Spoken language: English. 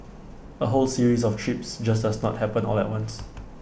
A whole series of trips just does not happen all at once